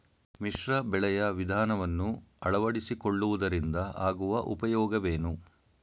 ಮಿಶ್ರ ಬೆಳೆಯ ವಿಧಾನವನ್ನು ಆಳವಡಿಸಿಕೊಳ್ಳುವುದರಿಂದ ಆಗುವ ಉಪಯೋಗವೇನು?